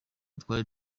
twari